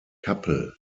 kappel